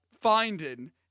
finding